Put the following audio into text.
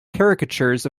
caricatures